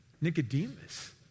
Nicodemus